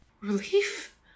Relief